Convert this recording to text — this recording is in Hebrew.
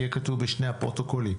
יהיה כתוב בשני הפרוטוקולים,